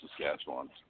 Saskatchewan